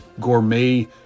gourmet